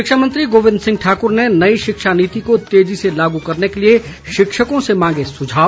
शिक्षा मंत्री गोविंद सिंह ठाकुर ने नई शिक्षा नीति को तेजी से लागू करने के लिए शिक्षकों से मांगे सुझाव